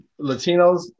Latinos